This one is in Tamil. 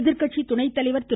எதிர்கட்சி துணை தலைவர் திரு